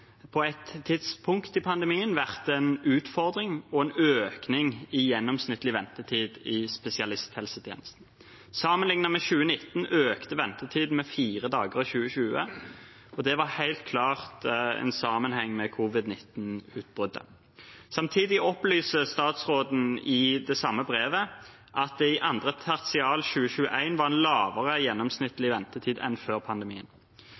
på et tidspunkt i pandemien vært en utfordring og en økning i gjennomsnittlig ventetid i spesialisthelsetjenesten. Sammenliknet med 2019 økte ventetiden med fire dager i 2020, og det hadde helt klart en sammenheng med covid-19-utbruddet. Samtidig opplyser statsråden i det samme brevet at det i andre tertial 2021 var en lavere gjennomsnittlig ventetid enn før pandemien.